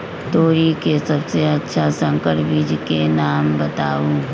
तोरी के सबसे अच्छा संकर बीज के नाम बताऊ?